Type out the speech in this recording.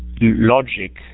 logic